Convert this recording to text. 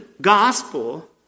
gospel